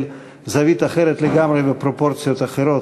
זווית אחרת לגמרי ופרופורציות אחרות,